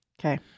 Okay